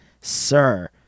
sir